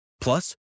Plus